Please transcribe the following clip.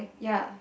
ya